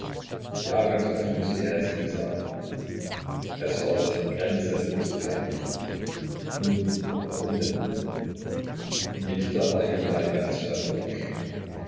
ja ganz offen mußte er es ihm sagen es war doch grenzenlos peinlich nun warum denn mikita war ihm ja ein ganz fremder mensch